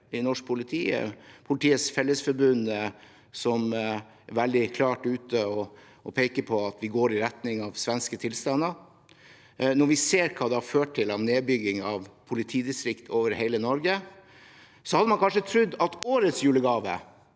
i norsk politi. Politiets Fellesforbund er veldig klare og peker på at vi går i retning av svenske tilstander. Når vi ser hva det har ført til av nedbygging av politidistrikter over hele Norge, hadde man kanskje trodd at årets julegave